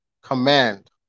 command